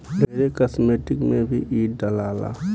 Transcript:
ढेरे कास्मेटिक में भी इ डलाला